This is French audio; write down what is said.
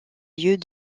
lieux